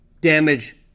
damage